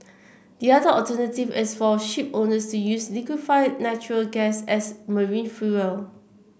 the other alternative is for shipowners to use liquefied natural gas as marine fuel